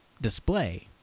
display